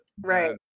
Right